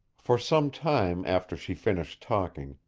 for some time after she finished talking,